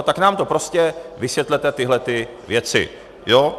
Tak nám to prostě vysvětlete, tyhlety věci, jo?